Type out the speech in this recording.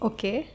Okay